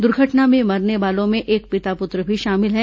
दुर्घटना में मरने वालों में एक पिता पुत्र भी शामिल हैं